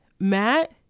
Matt